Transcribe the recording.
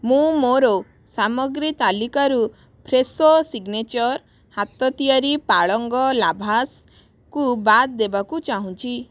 ମୁଁ ମୋର ସାମଗ୍ରୀ ତାଲିକାରୁ ଫ୍ରେଶୋ ସିଗ୍ନେଚର୍ ହାତ ତିଆରି ପାଳଙ୍ଗ ଲାଭାଶ୍ କୁ ବାଦ୍ ଦେବାକୁ ଚାହୁଁଛି